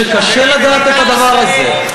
שקשה לדעת את הדבר הזה.